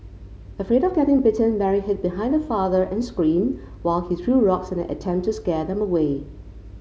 afraid of getting bitten Mary hid behind her father and screamed while he threw rocks in an attempt to scare them away